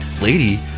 Lady